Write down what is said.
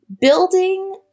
Building